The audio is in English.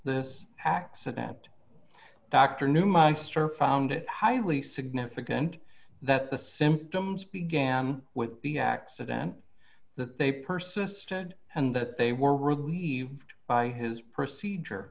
this accident dr knew my sister found it highly significant that the symptoms began with the accident that they persisted and that they were relieved by his procedure